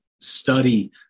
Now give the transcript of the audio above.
study